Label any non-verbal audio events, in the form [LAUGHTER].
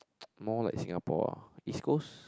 [NOISE] more like Singapore ah East-Coast